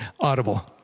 Audible